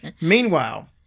Meanwhile